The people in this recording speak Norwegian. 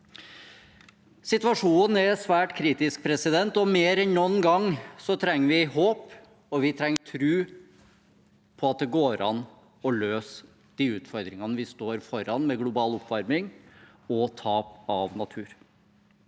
Situasjonen er svært kritisk, og mer enn noen gang trenger vi håp, og vi trenger tro på at det går an å løse de utfordringene vi står foran, med global oppvarming og tap av natur.